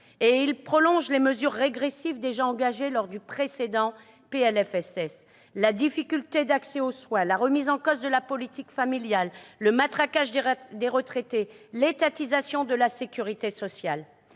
et il prolonge les mesures régressives déjà engagées lors du précédent PLFSS : difficulté d'accès aux soins, remise en cause de la politique familiale, matraquage des retraités, étatisation de la sécurité sociale.